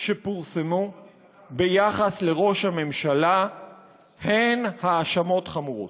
שפורסמו ביחס לראש הממשלה הן האשמות חמורות.